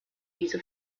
diese